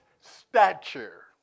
stature